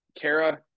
Kara